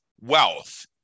wealth